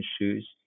shoes